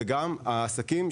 וגם לעסקים,